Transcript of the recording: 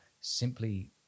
simply